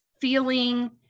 feeling